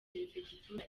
perefegitura